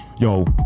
yo